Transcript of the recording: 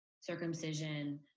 circumcision